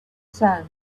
sand